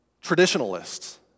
traditionalists